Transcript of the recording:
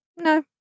No